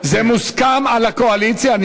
מוסכם על הקואליציה?